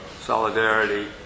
solidarity